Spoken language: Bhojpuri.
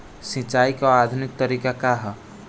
सिंचाई क आधुनिक तरीका का ह?